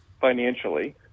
financially